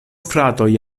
fratoj